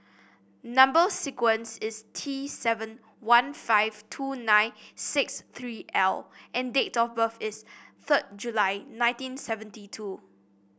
number sequence is T seven one five two nine six three L and date of birth is third July nineteen seventy two